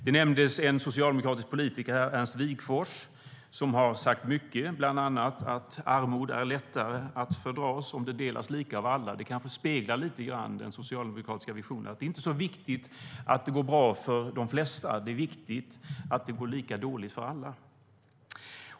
Det nämndes en socialdemokratisk politiker här, Ernst Wigforss, som har sagt mycket, bland annat att armod är lättare att fördra om det delas lika av alla. Det kanske speglar den socialdemokratiska visionen: Det är inte så viktigt att det går bra för de flesta, utan det är viktigt att det går lika dåligt för alla.